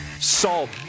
salt